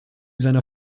seiner